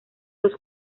los